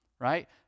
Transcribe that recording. Right